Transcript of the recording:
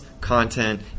content